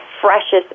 freshest